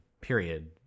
period